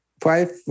five